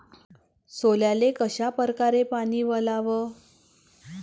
सोल्याले कशा परकारे पानी वलाव?